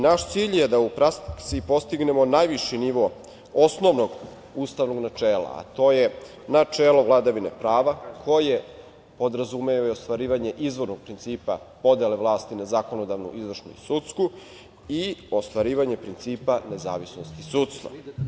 Naš cilj je da u praksi postignemo najviši nivo osnovnog ustavnog načela, a to je načelo vladavine prava, koje podrazumeva i ostvarivanje izvornog principa podele vlasti na zakonodavnu, izvršnu i sudsku i ostvarivanje principa nezavisnosti sudstva.